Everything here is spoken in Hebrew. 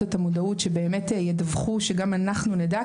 את המודעות כך שידווחו שגם אנחנו נדע,